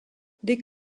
des